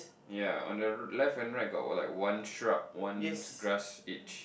ya on the left and right got like one truck one grass each